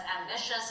ambitious